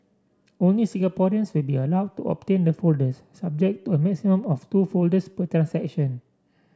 only Singaporeans will be allowed to obtain the folders subject to a maximum of two folders per transaction